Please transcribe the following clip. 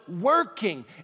working